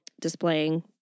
Displaying